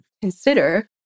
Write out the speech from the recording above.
consider